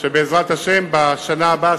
שבעזרת השם בשנה הבאה,